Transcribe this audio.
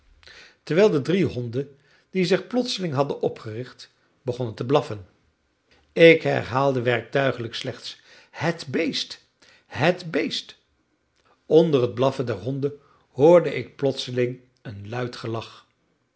terwijl de drie honden die zich plotseling hadden opgericht begonnen te blaffen ik herhaalde werktuigelijk slechts het beest het beest onder het blaffen der honden hoorde ik plotseling een luid gelach